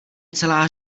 celá